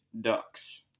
ducks